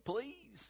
Please